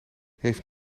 heeft